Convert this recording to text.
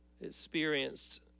experienced